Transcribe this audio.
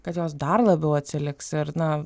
kad jos dar labiau atsiliks ir na